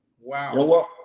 Wow